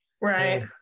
Right